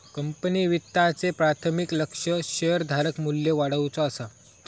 company वित्ताचे प्राथमिक लक्ष्य शेअरधारक मू्ल्य वाढवुचा असा